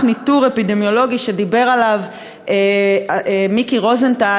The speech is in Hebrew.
ניטור אפידמיולוגי שדיבר עליו מיקי רוזנטל,